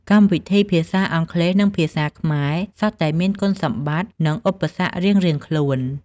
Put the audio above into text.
កម្មវិធីភាសាអង់គ្លេស និងភាសាខ្មែរ សុទ្ធតែមានគុណសម្បត្តិ និងឧបសគ្គរៀងៗខ្លួន។